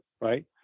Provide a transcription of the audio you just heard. right